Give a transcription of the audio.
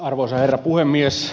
arvoisa herra puhemies